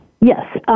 Yes